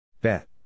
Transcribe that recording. Bet